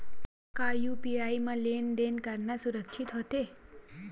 का यू.पी.आई म लेन देन करना सुरक्षित होथे?